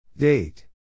Date